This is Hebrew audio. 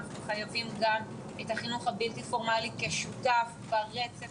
אנחנו חייבים שהחינוך הבלתי הפורמלי יהיה שותף ברצף